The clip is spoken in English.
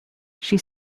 she